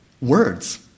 Words